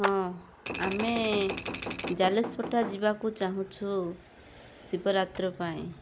ହଁ ଆମେ ଜାଲେଶପଟା ଯିବାକୁ ଚାହୁଁଛୁ ଶିବରାତ୍ରୀ ପାଇଁ